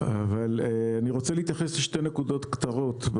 אני רוצה להתייחס לשתי נקודות קצרות.